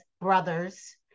brothers